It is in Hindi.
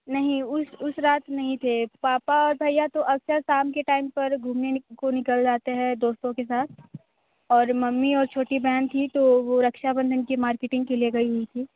नहीं उस उस रात नहीं थे पापा और भैया तो अक्षर शाम के टाइम पर घूमने को निकल जाते हैं दोस्तों के साथ और मम्मी और छोटी बहन थी तो वो रक्षाबंधन की मार्केटिंग के लिए गई हुई थी